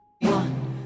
One